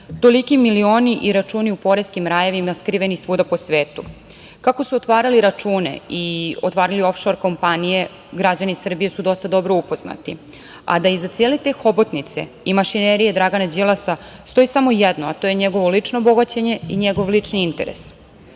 toliki milioni i računi u poreskim rajevima skrivenim svuda po svetu? Kako su otvarali račune i otvarali ofšor kompanije, građani Srbije su dosta dobro upoznati, a da iza cele te hobotnice i mašinerije Dragana Đilasa stoji samo jedno, a to je njegovo lično bogaćenje i njegov lični interes. Obzirom